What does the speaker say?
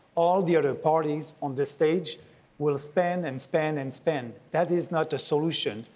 all the other parties on this stage will spend and spend and spend. that is not a solution.